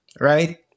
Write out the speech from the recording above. right